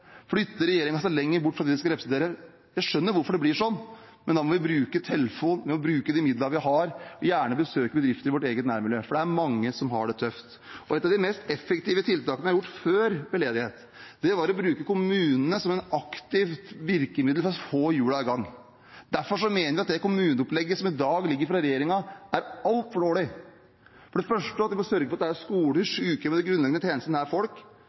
Jeg skjønner hvorfor det blir sånn, men da må vi bruke telefonen, bruke de midlene vi har, gjerne besøke bedrifter i vårt eget nærmiljø, for det er mange som har det tøft. Et av de mest effektive tiltakene vi har truffet ved ledighet før, er å bruke kommunene som et aktivt virkemiddel for å få hjulene i gang. Derfor mener vi at det kommuneopplegget som i dag ligger her fra regjeringen, er altfor dårlig. For det første må vi sørge for at det er skoler, sykehjem og grunnleggende tjenester nær folk,